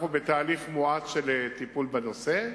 אנחנו בתהליך מואץ של טיפול בנושא.